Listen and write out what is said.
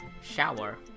Shower